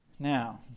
Now